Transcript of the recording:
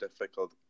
difficult